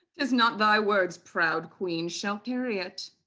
tis not thy words, proud queen, shall carry it.